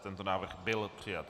Tento návrh byl přijat.